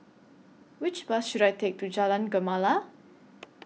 Which Bus should I Take to Jalan Gemala